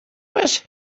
was